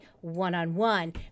one-on-one